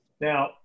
Now